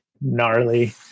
gnarly